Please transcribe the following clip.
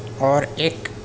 اور ایک